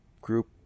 group